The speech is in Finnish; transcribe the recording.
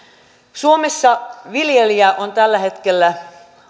suomessa viljelijä on tällä hetkellä